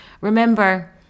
remember